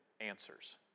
answers